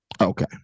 Okay